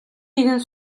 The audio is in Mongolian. нэгэн